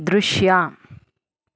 ದೃಶ್ಯ